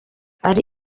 ari